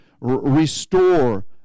restore